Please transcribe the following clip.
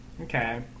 Okay